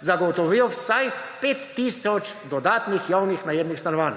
zagotovilo vsaj 5 tisoč dodatnih javnih najemnih stanovanj.